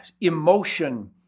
emotion